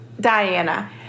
Diana